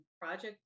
project